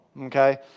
okay